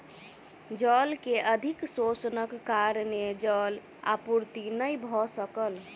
जल के अधिक शोषणक कारणेँ जल आपूर्ति नै भ सकल